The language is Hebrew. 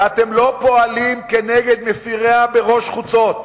ואתם לא פועלים נגד מפיריה בראש חוצות.